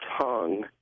tongue